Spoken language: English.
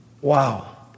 Wow